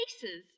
places